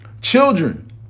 Children